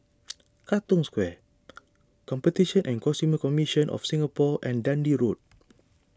Katong Square Competition and Consumer Commission of Singapore and Dundee Road